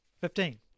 Fifteen